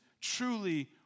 truly